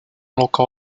local